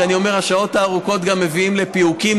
אני אומר: השעות ארוכות גם מביאות לפיהוקים,